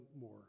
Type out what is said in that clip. more